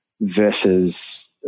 versus